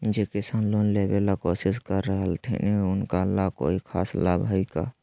जे किसान लोन लेबे ला कोसिस कर रहलथिन हे उनका ला कोई खास लाभ हइ का?